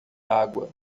água